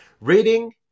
reading